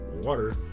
water